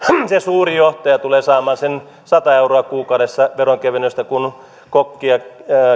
se suuri johtaja tulee samaan sen sata euroa kuukaudessa veronkevennystä kun kokki ja